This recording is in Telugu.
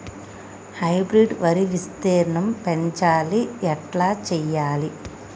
హైబ్రిడ్ వరి విస్తీర్ణం పెంచాలి ఎట్ల చెయ్యాలి?